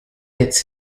its